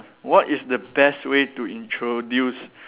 what is the best way to introduce